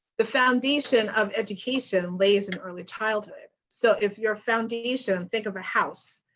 the foundation of education lays in early childhood. so if your foundation, think of a house.